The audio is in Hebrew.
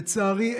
לצערי,